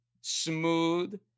smooth